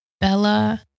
bella